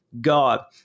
God